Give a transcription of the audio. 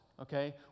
okay